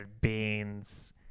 beans